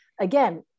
Again